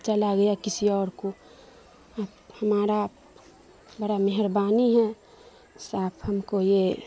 چلا گیا کسی اور کو ہمارا بڑا مہربانی ہے سر آپ ہم کو یہ